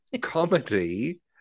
Comedy